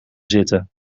zitten